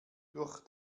durch